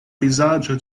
vizaĝo